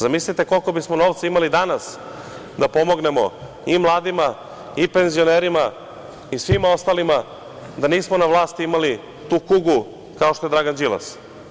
Zamislite koliko bismo novca imali danas da pomognemo i mladima i penzionerima i svima ostalima da nismo na vlasti imali tu kugu kao što je Dragan Đilas.